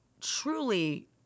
truly